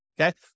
Okay